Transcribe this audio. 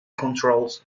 controls